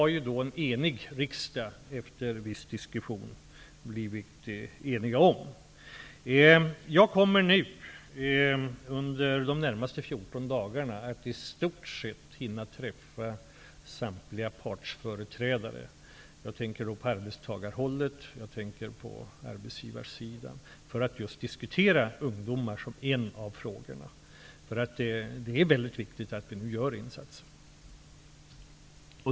Riksdagen har, efter viss diskussion, blivit enig om detta. Jag kommer under de närmaste 14 dagarna att hinna träffa i stort sett samtliga partsföreträdare från arbetstagarhåll och arbetsgivarsidan just för att diskutera bl.a. frågan om ungdomarnas situation. Det är ju väldigt viktigt att vi nu gör insatser.